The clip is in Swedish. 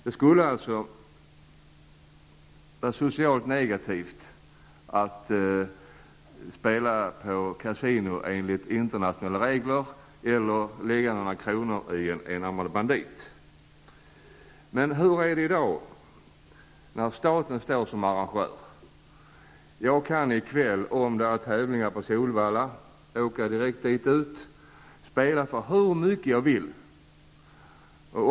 Det skulle alltså vara socialt negativt att spela på kasinon enligt internationella regler eller att lägga några kronor i en ''enarmad bandit''. Men hur är det när staten står som arrangör? Om det vore tävlingar på Solvalla i kväll skulle jag kunna åka direkt dit och spela för hur mycket pengar jag vill.